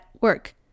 work